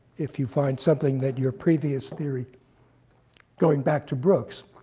if you find something that your previous theory going back to brooks,